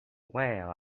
well